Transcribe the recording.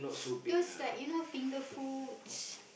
those like you know finger foods